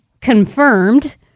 confirmed